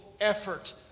effort